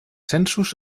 censos